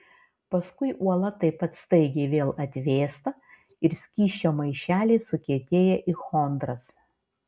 paskui uola taip pat staigiai vėl atvėsta ir skysčio maišeliai sukietėja į chondras